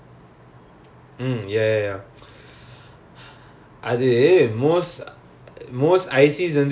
producing stuff lah ya whether is it like a short from dance cover or